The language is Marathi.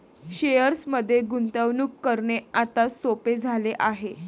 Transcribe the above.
शेअर्समध्ये गुंतवणूक करणे आता सोपे झाले आहे